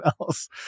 else